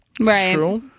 Right